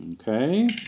Okay